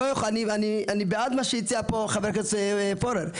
אני בעד מה שהציע פה חבר הכנסת פורר,